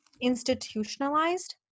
institutionalized